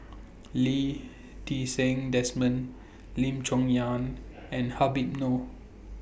Lee Ti Seng Desmond Lim Chong Yah and Habib Noh